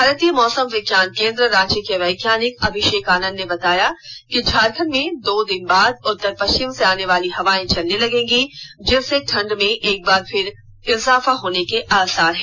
भारतीय मौसम विज्ञान केंद्र रांची के वैज्ञानिक अभिषेक आनंद ने बताया कि झारखंड में दो दिन बाद उत्तर पश्चिम से आने वाली हवाएं चलने लगेंगी जिससे ठंड में एक बार फिर इजाफा होने के आसार हैं